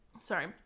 sorry